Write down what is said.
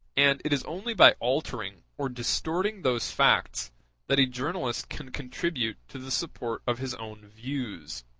and it is only by altering or distorting those facts that a journalist can contribute to the support of his own views.